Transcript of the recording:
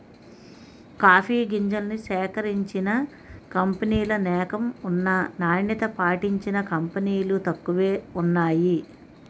coffee గింజల్ని సేకరించిన కంపినీలనేకం ఉన్నా నాణ్యత పాటించిన కంపినీలు తక్కువే వున్నాయి